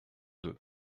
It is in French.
deux